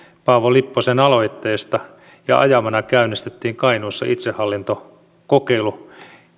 paavo lipposen aloitteesta ja ajamana käynnistettiin kainuussa itsehallintokokeilu